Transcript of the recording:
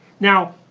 now,